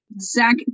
Zach